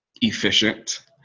efficient